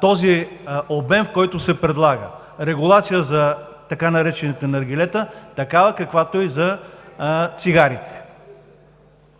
този обем, в който се предлага – регулация за така наречените наргилета, такава каквато е и за цигарите?